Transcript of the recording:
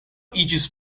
iĝis